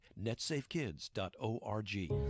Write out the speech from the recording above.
netsafekids.org